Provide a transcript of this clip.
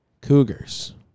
Cougars